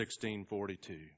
1642